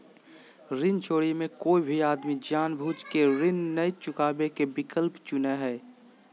ऋण चोरी मे कोय भी आदमी जानबूझ केऋण नय चुकावे के विकल्प चुनो हय